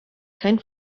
kein